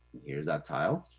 here's that tile.